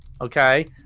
okay